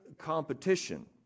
competition